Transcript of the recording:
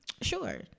Sure